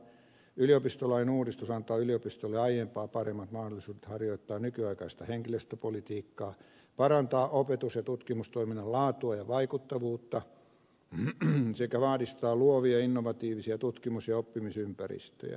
yliopistolain uudistus antaa yliopistoille aiempaa paremmat mahdollisuudet harjoittaa nykyaikaista henkilöstöpolitiikkaa parantaa opetus ja tutkimustoiminnan laatua ja vaikuttavuutta sekä vahvistaa luovia ja innovatiivisia tutkimus ja oppimisympäristöjä